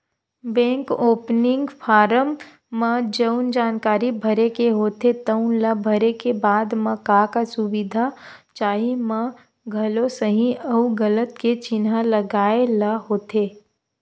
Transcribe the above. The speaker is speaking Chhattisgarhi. बेंक ओपनिंग फारम म जउन जानकारी भरे के होथे तउन ल भरे के बाद म का का सुबिधा चाही म घलो सहीं अउ गलत के चिन्हा लगाए ल होथे